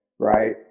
right